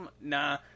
Nah